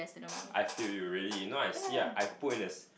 I feel you really know I see ah I put in the